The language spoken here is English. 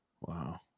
Wow